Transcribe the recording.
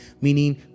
meaning